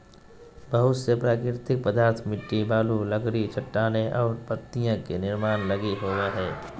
बहुत से प्राकृतिक पदार्थ मिट्टी, बालू, लकड़ी, चट्टानें और पत्तियाँ के निर्माण लगी होबो हइ